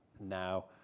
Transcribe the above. now